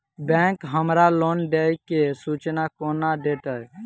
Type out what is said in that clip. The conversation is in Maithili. बैंक हमरा लोन देय केँ सूचना कोना देतय?